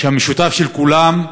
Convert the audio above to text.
שהמשותף לכולם,